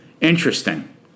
Interesting